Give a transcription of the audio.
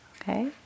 okay